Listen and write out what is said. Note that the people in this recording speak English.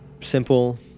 simple